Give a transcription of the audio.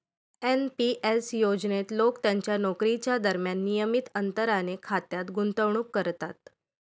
NP S योजनेत लोक त्यांच्या नोकरीच्या दरम्यान नियमित अंतराने खात्यात गुंतवणूक करतात